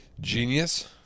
Genius